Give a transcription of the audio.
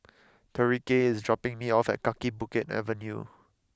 Tyreke is dropping me off at Kaki Bukit Avenue